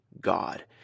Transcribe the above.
God